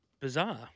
bizarre